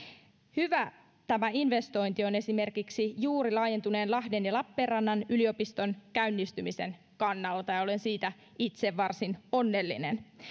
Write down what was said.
hyvä tämä investointi on esimerkiksi juuri laajentuneen lahden ja lappeenrannan yliopiston käynnistymisen kannalta ja olen siitä itse varsin onnellinen